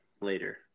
later